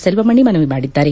ಸೆಲ್ವಮಣಿ ಮನವಿ ಮಾಡಿದ್ದಾರೆ